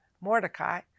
Mordecai